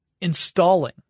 installing